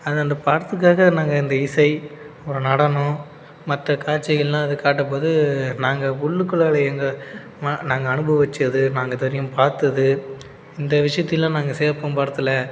அது அந்த படத்துக்காக நாங்கள் இந்த இசை ஒரு நடனம் மற்ற காட்சிகளெலாம் அது காட்டும்போது நாங்கள் உள்ளுக்குள்ளாலே எங்கள் மா நாங்கள் அனுபவித்தது நாங்கள் இது வரைக்கும் பார்த்தது இந்த விஷயத்தைலாம் நாங்கள் சேர்ப்போம் படத்தில்